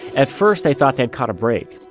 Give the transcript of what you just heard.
at first they thought they had caught a break.